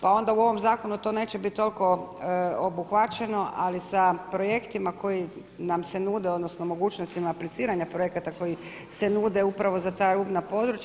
Pa onda u ovom zakonu to neće biti toliko obuhvaćeno ali sa projektima koji nam se nude odnosno mogućnostima apliciranja projekata koji se nude upravo za ta rubna područja.